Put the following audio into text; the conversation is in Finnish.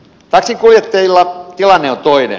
taksinkuljettajilla tilanne on toinen